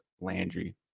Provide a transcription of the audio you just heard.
Landry